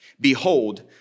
Behold